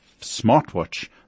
smartwatch